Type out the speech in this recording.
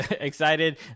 excited